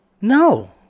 no